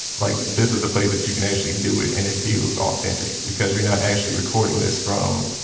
like, this was the place that you can actually do it. and it feels authentic because you're not actually recording this from,